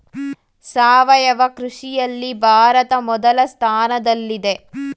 ಸಾವಯವ ಕೃಷಿಯಲ್ಲಿ ಭಾರತ ಮೊದಲ ಸ್ಥಾನದಲ್ಲಿದೆ